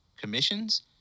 commissions